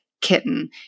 kitten